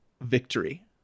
victory